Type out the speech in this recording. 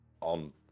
on